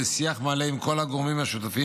בשיח מלא עם כל הגורמים השותפים,